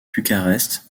bucarest